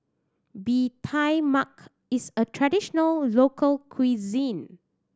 Bee Tai Mak is a traditional local cuisine